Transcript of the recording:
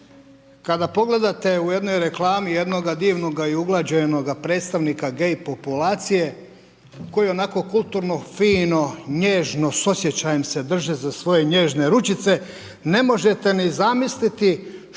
Kada pogledate u jednoj reklami jednoga divnoga i uglađenoga predstavnika gay populacije koji onako kulturno, fino, nježno s osjećajem se drže za svoje nježne ručice ne možete ni zamisliti što je